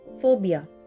Phobia